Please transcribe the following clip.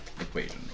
equation